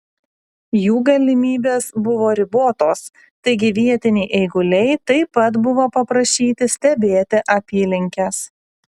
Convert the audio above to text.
jų galimybės buvo ribotos taigi vietiniai eiguliai taip pat buvo paprašyti stebėti apylinkes